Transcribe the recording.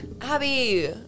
Abby